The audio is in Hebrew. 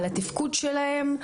על התפקוד שלהם,